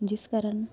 ਜਿਸ ਕਾਰਨ